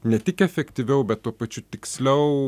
ne tik efektyviau bet tuo pačiu tiksliau